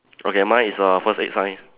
okay mine is a first aid sign